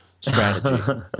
strategy